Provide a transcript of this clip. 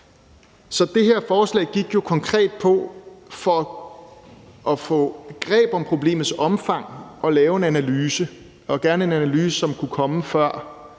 Så det her forslag gik konkret på at få greb om problemets omfang og lave en analyse og gerne en analyse, som kunne komme før